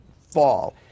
fall